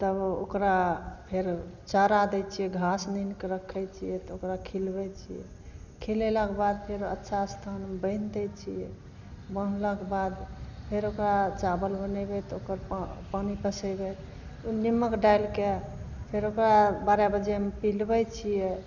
तब ओकरा फेर चारा दै छिए घास आनिके रखै छिए तऽ ओकरा खिलबै छिए खिलेलाके बाद फेर अच्छासे तहन बान्हि दै छिए बान्हलाके बाद फेर ओकरा चावल बनेबै तऽ ओकर पानी पसेबै ओहिमे निम्मक डालिके फेर ओकरा बारह बजेमे पिलबै छिए